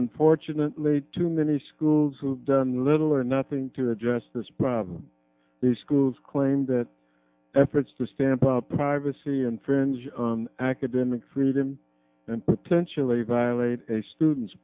unfortunately too many schools who have done little or nothing to address this problem the schools claim that efforts to stamp privacy infringe academic freedom and potentially violate students